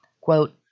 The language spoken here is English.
Quote